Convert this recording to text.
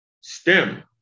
STEM